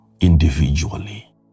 individually